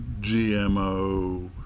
GMO